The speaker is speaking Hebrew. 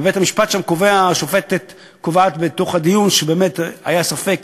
ובבית-המשפט קבעה השופטת בתום הדיון שבאמת היה ספק.